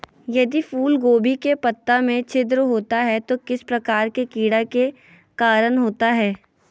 यदि फूलगोभी के पत्ता में छिद्र होता है तो किस प्रकार के कीड़ा के कारण होता है?